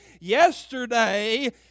yesterday